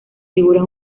figuras